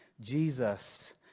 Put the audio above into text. Jesus